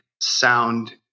sound